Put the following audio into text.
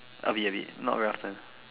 a bit a bit not very often